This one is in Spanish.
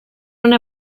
una